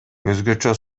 өзгөчө